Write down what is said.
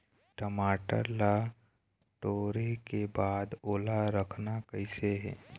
टमाटर ला टोरे के बाद ओला रखना कइसे हे?